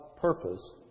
purpose